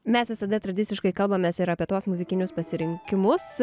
mes visada tradiciškai kalbamės ir apie tuos muzikinius pasirinkimus